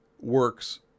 works